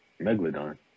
Megalodon